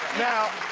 now,